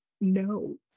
No